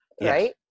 right